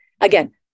again